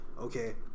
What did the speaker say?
Okay